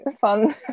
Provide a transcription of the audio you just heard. fun